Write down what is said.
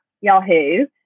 Yahoo